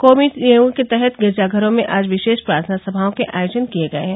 Covid नियमों के तहत गिरजा घरों में आज विशेष प्रार्थना सभाओं के आयोजन किये गये हैं